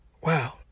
wow